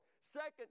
second